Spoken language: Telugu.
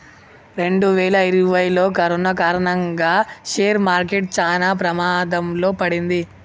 రెండువేల ఇరవైలో కరోనా కారణంగా షేర్ మార్కెట్ చానా ప్రమాదంలో పడింది